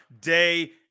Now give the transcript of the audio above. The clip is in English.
day